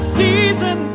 season